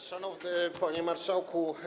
Szanowny Panie Marszałku!